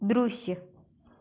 दृश्य